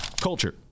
Culture